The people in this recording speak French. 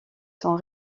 sont